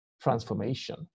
transformation